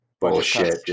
bullshit